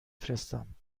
فرستم